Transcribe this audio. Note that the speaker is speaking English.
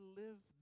live